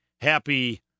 happy